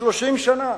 30 שנה,